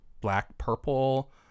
black-purple